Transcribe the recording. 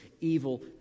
evil